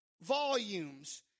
Volumes